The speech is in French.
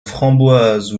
framboise